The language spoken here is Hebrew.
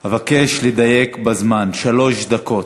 לדייק בזמן, שלוש דקות.